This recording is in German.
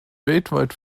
weltweit